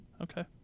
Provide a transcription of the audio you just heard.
Okay